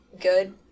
good